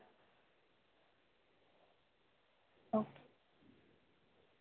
okay